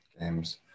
games